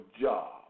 job